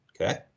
Okay